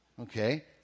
Okay